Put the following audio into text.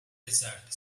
desert